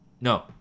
no